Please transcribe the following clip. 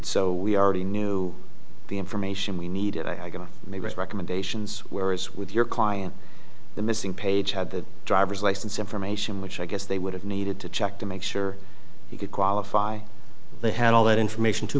so we already knew the information we needed i got to make recommendations whereas with your client the missing page had the driver's license information which i guess they would have needed to check to make sure you could qualify they had all that information too